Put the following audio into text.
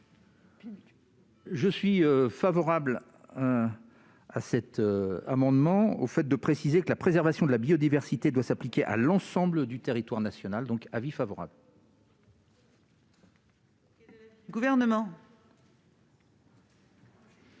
Je suis favorable au fait de préciser que la préservation de la biodiversité doit s'appliquer à l'ensemble du territoire national. Avis favorable. Quel est